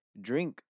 drink